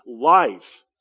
life